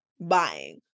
buying